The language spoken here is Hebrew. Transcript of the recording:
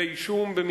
בודקים.